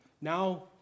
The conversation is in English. Now